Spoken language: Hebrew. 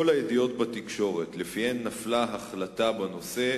כל הידיעות בתקשורת שלפיהן נפלה החלטה בנושא,